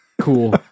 Cool